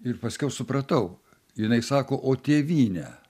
ir paskiau supratau jinai sako o tėvyne